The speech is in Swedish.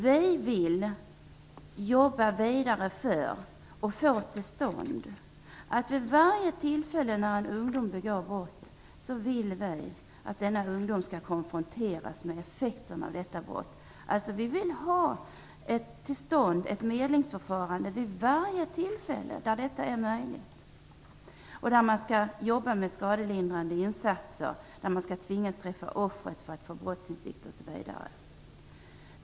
Vi vill jobba vidare för att få till stånd att vid varje tillfälle när en ungdom begår brott skall denna konfronteras med effekterna av sitt brott. Vi vill ha till stånd ett medlingsförfarande vid varje tillfälle där detta är möjligt. Man skall jobba med skadelindrande insatser och tvingas träffa offret för att få brottsinsikt osv.